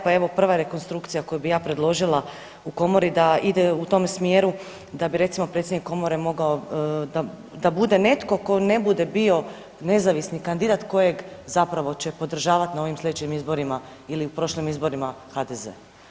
Pa evo prva rekonstrukcija koju bi ja predložila u komoru da ide u tom smjeru da bi recimo predsjednik komore mogao da bude netko ko ne bude bio nezavisni kandidat koje zapravo će podržavat na ovim sljedećim izborima ili prošlim izborima HDZ.